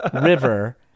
river